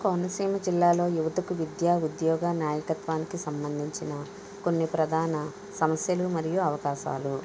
కోనసీమ జిల్లాలో యువతకు విద్యా ఉద్యోగ నాయకత్వానికి సంబంధించిన కొన్ని ప్రధాన సమస్యలు మరియు అవకాశాలు